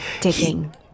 Digging